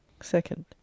second